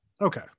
okay